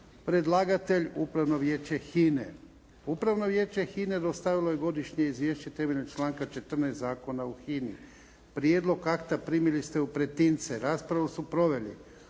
Podnositelj: Upravno vijeće HINE Upravno vijeće HINE dostavilo je Godišnje izvješće temeljem članka 14. Zakona o HINI. Prijedlog akta primili ste u pretince. Raspravu su proveli